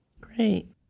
Great